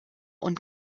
und